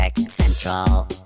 central